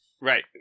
right